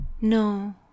No